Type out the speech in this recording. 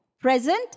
present